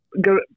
go